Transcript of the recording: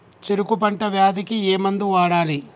చెరుకు పంట వ్యాధి కి ఏ మందు వాడాలి?